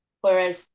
whereas